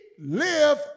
Live